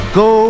go